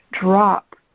Drop